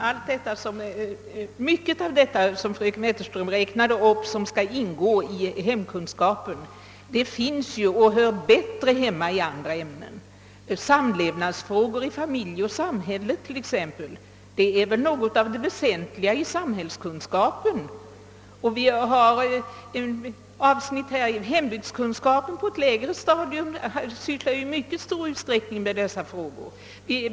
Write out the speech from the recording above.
Herr talman! Mycket av det fröken Wetterström räknade upp och som skulle ingå i hemkunskapen, meddelas för närvarande i och hör bättre hemma under andra ämnen. Samlevnadsfrågor i familj och samhälle är t.ex. något av det väsentliga i ämnet samhällskunskap. Hembygdskunskapen, som förekommer på ett lägre stadium, ägnas dessutom i mycket stor utsträckning åt dessa frågor.